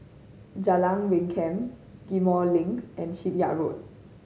Jalan Rengkam Ghim Moh Link and Shipyard Road